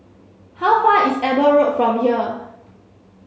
how far away is Eber Road from here